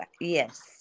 yes